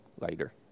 later